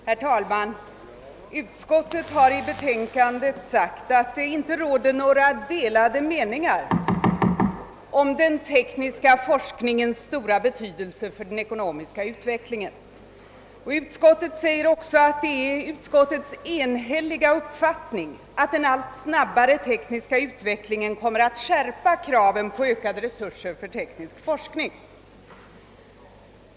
Herr talman! Utskottet har i betänkandet sagt att det inte råder några delade meningar om den tekniska forskningens stora betydelse för den ekonomiska utvecklingen. Utskottet säger också att det är »utskottets enhälliga uppfattning att den allt snabbare tek niska utvecklingen kommer att skärpa kraven på ökade resurser för teknisk forskning».